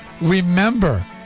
remember